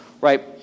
right